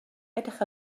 edrych